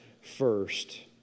first